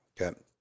okay